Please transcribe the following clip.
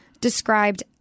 described